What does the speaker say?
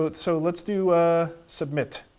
but so let's do submit.